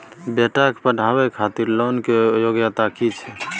बेटा के पढाबै खातिर लोन के योग्यता कि छै